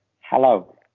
hello